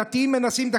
הדתיים מנסים.